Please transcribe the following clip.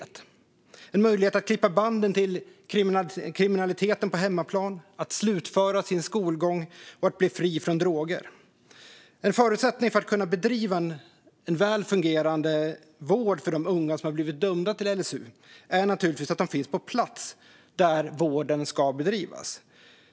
Det är en möjlighet att klippa banden till kriminaliteten på hemmaplan, att slutföra sin skolgång och att bli fri från droger. En förutsättning för att man ska kunna bedriva en välfungerande vård för de unga som har blivit dömda till sluten ungdomsvård är naturligtvis att de finns på plats där vården ska bedrivas.